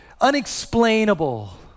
unexplainable